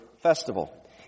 festival